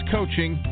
Coaching